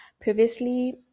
previously